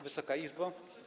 Wysoka Izbo!